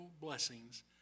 blessings